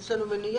יש לנו מוניות,